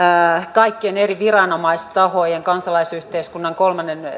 kaikkien eri viranomaistahojen kansalaisyhteiskunnan kolmannen